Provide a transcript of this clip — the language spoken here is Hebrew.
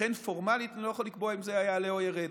לכן פורמלית אני לא יכול לקבוע אם זה יעלה או ירד.